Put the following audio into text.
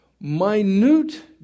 minute